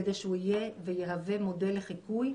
כדי שהוא יהווה מודל לחיקוי,